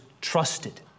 trusted